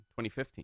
2015